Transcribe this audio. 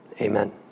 Amen